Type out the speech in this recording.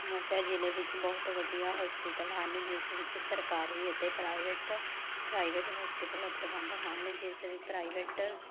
ਮਾਸ਼ਾ ਜ਼ਿਲ੍ਹੇ ਵਿੱਚ ਬਹੁਤ ਵਧੀਆ ਹੋਸਪਿਟਲ ਹਨ ਜਿਸ ਵਿੱਚ ਸਰਕਾਰੀ ਅਤੇ ਪ੍ਰਾਈਵੇਟ ਪ੍ਰਾਈਵੇਟ ਹੋਸਪੀਟਲ ਅਪਦਬੰਧ ਹਨ ਜਿਸ ਵੀ ਪ੍ਰਾਈਵੇਟ